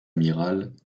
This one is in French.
amiral